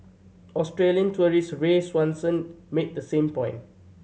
Australian tourist Ray Swanson made the same point